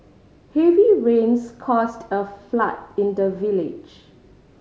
heavy rains caused a flood in the village